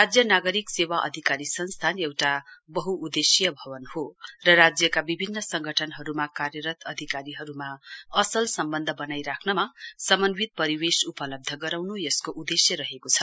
राज्य नागरिक सेवा अधिकारी संस्थान एउटा वहुउदेश्यीय भवन हो र राज्यका विभिन्न संगठनहरुमा कार्यरत अधिकारीहरुमा असल सम्ब्न्ध बनाइ राख्नमा समन्वित परिवेश उपलव्ध गराउन् यसको उदेश्य रहेको छ